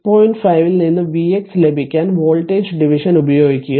5 ൽ നിന്ന് vx ലഭിക്കാൻ വോൾട്ടേജ് ഡിവിഷൻ ഉപയോഗിക്കുക